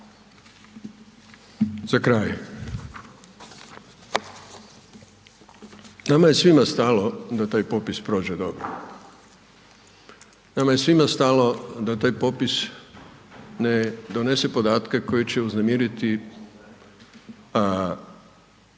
Za kraj, nama je svima stalo da taj popis prođe dobro, nama je svima stalo da taj popis ne donese podatke koji će uznemiriti opću